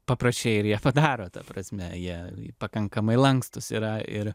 paprašei ir jie padaro ta prasme jie pakankamai lankstūs yra ir